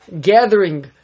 gathering